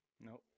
Nope